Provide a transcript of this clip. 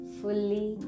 fully